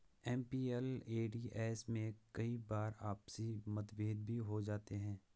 MPLADS में कई बार आपसी मतभेद भी हो जाते हैं